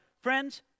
Friends